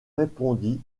répondit